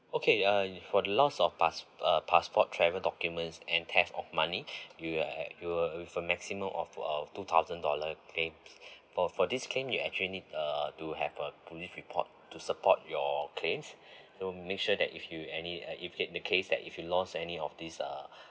okay uh for the loss of pass~ uh passport travel documents and theft of money you'll have you'll with a maximum of uh two thousand dollar claim for for this claim you actually need uh to have a police report to support your claim so make sure that if you any uh if you in that the case that if you lost any of these uh